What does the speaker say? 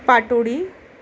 पातोळी